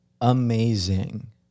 Amazing